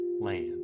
land